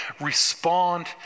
respond